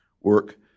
work